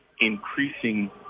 increasing